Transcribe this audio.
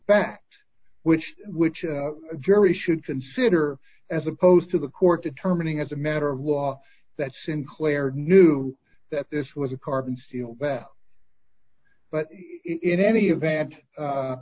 fact which which very should consider as opposed to the court determining as a matter of law that sinclair knew that this was a carbon steel but in any event